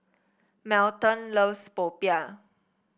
Melton loves popiah